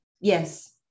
Yes